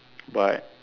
but